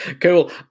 cool